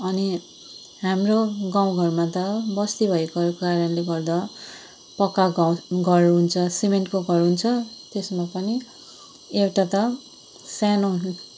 अनि हाम्रो गाउँ घरमा त बस्ती भएको कारणले गर्दा पक्का ग घर हुन्छ सिमेन्टको घर हुन्छ त्यसमा पनि एउटा त सानो